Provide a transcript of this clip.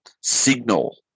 signal